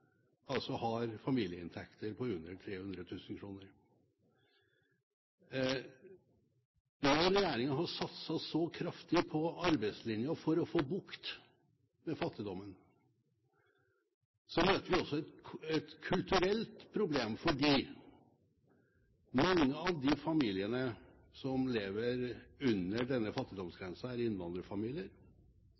har familieinntekter på under 300 000 kr. Når regjeringen satser så kraftig på arbeidslinjen for å få bukt med fattigdommen, møter vi også et kulturelt problem fordi mange av de familiene som lever under denne fattigdomsgrensen, er innvandrerfamilier